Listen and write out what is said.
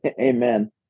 Amen